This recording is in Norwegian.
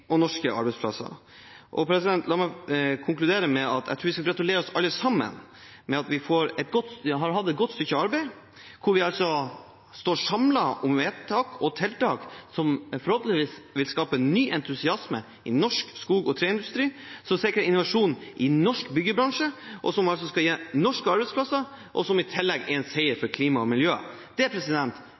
og norske arbeidsplasser. La meg konkludere med at jeg tror vi skal gratulere oss alle sammen med at vi har hatt et godt stykke arbeid hvor vi altså står samlet om vedtak og tiltak som forhåpentligvis vil skape ny entusiasme i norsk skog- og treindustri, som sikrer innovasjon i norsk byggebransje, som skal gi norske arbeidsplasser, og som i tillegg er en seier for klima og miljø. Det